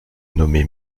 nommé